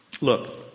Look